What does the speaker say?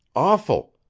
awful.